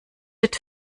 wird